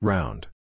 Round